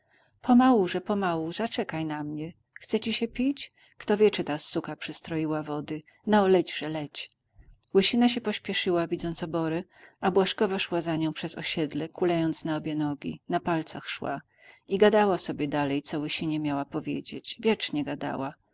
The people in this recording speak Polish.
piętach pomałuże pomału zaczekaj mnie chce ci sie pić kto wie czy ta suka przystroiła wody no lećże leć łysina się pośpieszyła widząc oborę a błażkowa szła za nią przez osiedle kulejąc na obie nogi na palcach szła i gadała sobie dalej co łysinie miała powiedzieć wiecznie gadała